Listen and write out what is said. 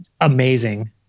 amazing